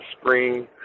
screen